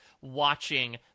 watching